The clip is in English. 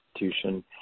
institution